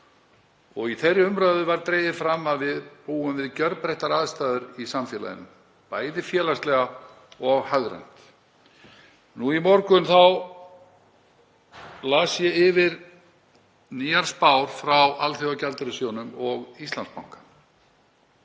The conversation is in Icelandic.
og í þeirri umræðu var dregið fram að við búum við gjörbreyttar aðstæður í samfélaginu, bæði félagslega og hagrænt. Nú í morgun las ég yfir nýjar spár frá Alþjóðagjaldeyrissjóðnum og Íslandsbanka